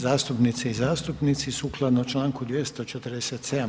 zastupnice i zastupnici, sukladno čl. 247.